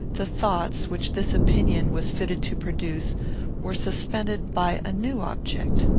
the thoughts which this opinion was fitted to produce were suspended by a new object.